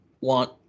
want